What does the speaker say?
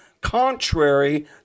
contrary